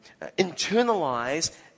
Internalize